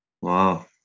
Wow